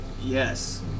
Yes